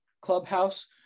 clubhouse